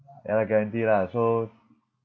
ya lah guarantee lah so